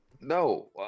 No